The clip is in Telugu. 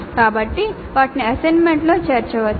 కాబట్టి వాటిని అసైన్మెంట్లలో చేర్చవచ్చు